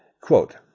quote